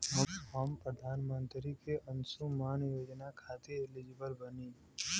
हम प्रधानमंत्री के अंशुमान योजना खाते हैं एलिजिबल बनी?